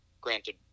granted